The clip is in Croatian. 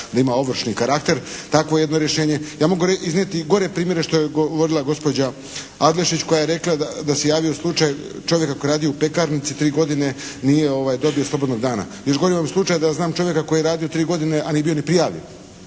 da ima ovršni karakter, takvo jedno rješenje. Ja mogu iznijeti i gore primjere što je govorila gospođa Adlešić koja je rekla da se javio slučaj čovjeka koji je radio u pekarnici tri godine, nije dobio slobodnog dana. Izdvojio bih slučaj da znam čovjeka koji je radio tri godine, a nije bio ni prijavljen.